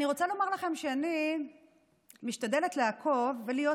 אני רוצה לומר לכם שאני משתדלת לעקוב ולהיות